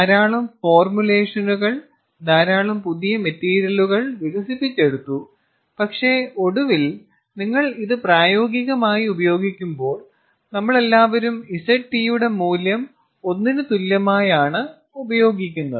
ധാരാളം ഫോർമുലേഷനുകൾ ധാരാളം പുതിയ മെറ്റീരിയലുകൾ വികസിപ്പിച്ചെടുത്തു പക്ഷേ ഒടുവിൽ നിങ്ങൾ ഇത് പ്രായോഗികമായി ഉപയോഗിക്കുമ്പോൾ നമ്മൾ എല്ലാവരും Zt യുടെ മൂല്യം 1 ന് തുല്യമായാണ് ഉപയോഗിക്കുന്നത്